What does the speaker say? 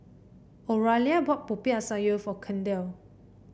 Oralia bought Popiah Sayur for Kendal